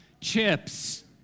chips